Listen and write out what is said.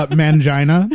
mangina